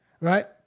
right